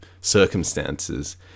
circumstances